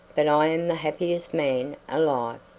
but i am the happiest man alive.